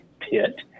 pit